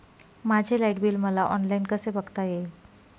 माझे light bill मला online कसे बघता येईल?